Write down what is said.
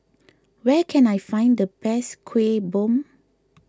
where can I find the best Kueh Bom